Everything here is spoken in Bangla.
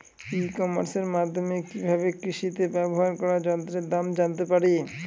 ই কমার্সের মাধ্যমে কি ভাবে কৃষিতে ব্যবহার করা যন্ত্রের দাম জানতে পারি?